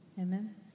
Amen